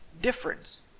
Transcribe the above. difference